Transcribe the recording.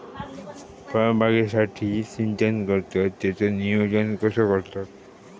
फळबागेसाठी सिंचन करतत त्याचो नियोजन कसो करतत?